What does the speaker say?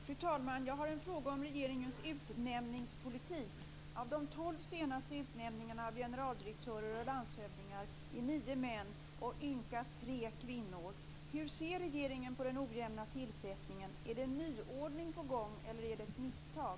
Fru talman! Jag har en fråga om regeringens utnämningspolitik. Av de tolv senaste utnämningarna av generaldirektörer och landshövdingar är nio män och ynka tre kvinnor. Hur ser regeringen på den ojämna tillsättningen? Är det en nyordning på gång, eller är det ett misstag?